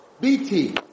BT